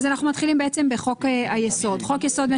דברים שחשובים לאופוזיציה ובסוף גם יש